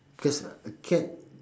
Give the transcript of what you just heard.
because a cat